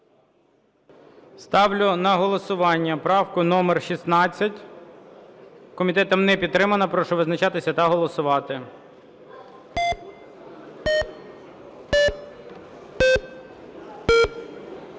Ставлю на голосування правку номер 24. Комітетом не підтримана. Прошу визначатися та голосувати.